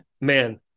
man